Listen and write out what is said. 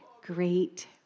great